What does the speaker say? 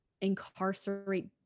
incarcerate